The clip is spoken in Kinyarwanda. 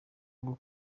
bwo